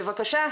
בבקשה,